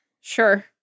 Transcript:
sure